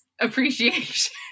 appreciation